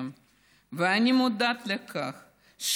ואני מודעת היטב למצוקת בני הפלאשמורה,